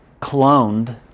cloned